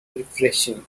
refreshing